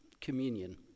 communion